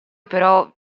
però